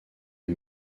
est